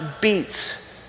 beats